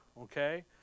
okay